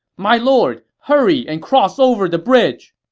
my lord! hurry and cross over the bridge!